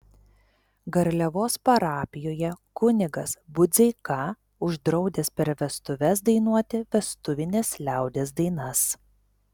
garliavos parapijoje kunigas budzeika uždraudęs per vestuves dainuoti vestuvines liaudies dainas